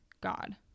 God